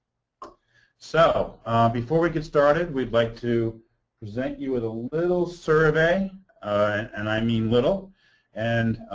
so before we get started, we'd like to present you with a little survey and i mean little and